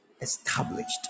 established